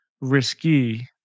risky